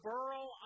Burl